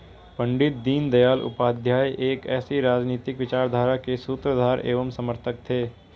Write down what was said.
पण्डित दीनदयाल उपाध्याय एक ऐसी राजनीतिक विचारधारा के सूत्रधार एवं समर्थक थे